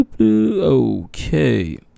Okay